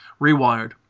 rewired